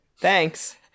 Thanks